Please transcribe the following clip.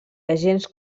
agents